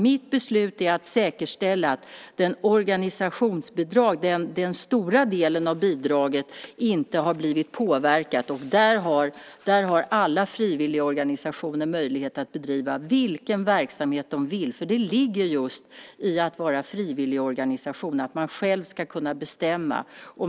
Mitt beslut är att säkerställa att organisationsbidraget, den stora delen av bidraget, inte har blivit påverkat. Där har alla frivilligorganisationer möjlighet att bedriva vilken verksamhet de vill. Det ligger just i att vara frivilligorganisation. Man ska själv kunna bestämma.